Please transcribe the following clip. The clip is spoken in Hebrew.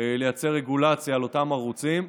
לייצר רגולציה לאותם ערוצים.